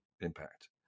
impact